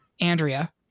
Andrea